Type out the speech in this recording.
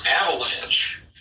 avalanche